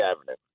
Avenue